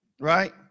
right